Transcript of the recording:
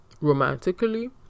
romantically